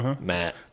Matt